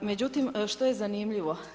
Međutim, što je zanimljivo?